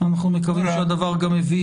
גם אם